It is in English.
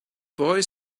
boy